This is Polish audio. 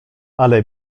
ale